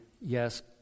Yes